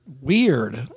weird